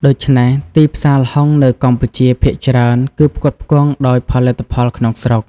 ដូច្នេះ ទីផ្សារល្ហុងនៅកម្ពុជាភាគច្រើនគឺផ្គត់ផ្គង់ដោយផលិតផលក្នុងស្រុក។